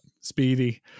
speedy